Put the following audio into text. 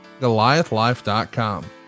Goliathlife.com